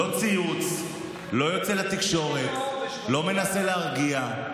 לא ציוץ, לא יוצא לתקשורת, לא מנסה להרגיע.